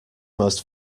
most